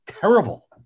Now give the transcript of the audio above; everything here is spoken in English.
terrible